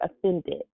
offended